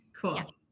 cool